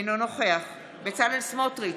אינו נוכח בצלאל סמוטריץ'